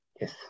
Yes